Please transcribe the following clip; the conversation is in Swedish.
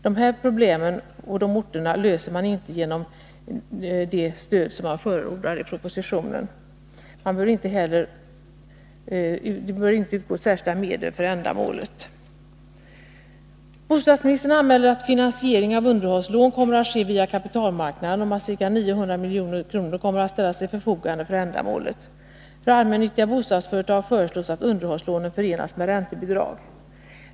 Dessa orters problem löses inte genom det stöd som förordas i propositionen. Särskilda medel för ändamålet bör inte heller utgå. Bostadsministern anmäler att finansiering av underhållslån kommer att ske via kapitalmarknaden och att ca 900 milj.kr. kommer att ställas till förfogande för ändamålet. För allmännyttiga bostadsföretag föreslås att underhållslånen förenas med räntebidrag.